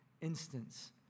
instance